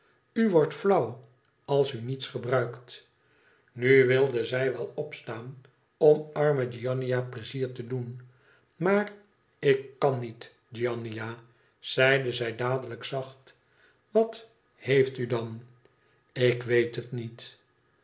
u wordt flauw als u niets gebruikt nu wilde zij wel opstaan om arme giannina pleizier te doen maar ik kan niet giannina zeide zij dadelijk zacht wat heeft u dan ik weet het niet